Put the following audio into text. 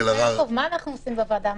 יעקב, מה אנחנו עושים היום בוועדה?